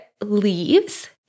leaves